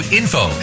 info